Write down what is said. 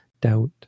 Doubt